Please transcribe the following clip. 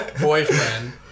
boyfriend